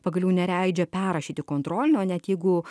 pagaliau neleidžia perrašyti kontrolinio net jeigu